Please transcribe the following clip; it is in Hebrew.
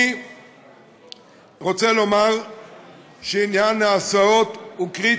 אני רוצה לומר שעניין ההסעות הוא קריטי.